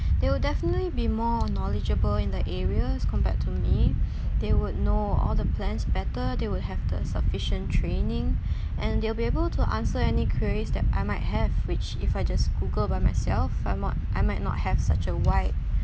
they will definitely be more knowledgeable in the areas compared to me they would know all the plans better they will have the sufficient training and they'll be able to answer any queries that I might have which if I just google by myself I mo~ I might not have such a wide